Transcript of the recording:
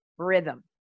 rhythm